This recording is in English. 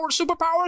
superpowers